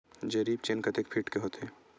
जरीब चेन कतेक फीट के होथे?